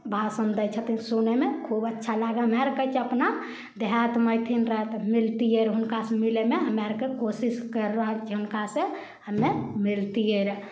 भाषण दै छथिन सुनयमे खूब अच्छा लागल हमे आर कहै छियै अपना देहातमे एथिन रऽ तऽ मिलतिए हुनका से मिलयमे हमरा आरके कोशिश करि रहल छियै हुनका से हमे मिलतियै रऽ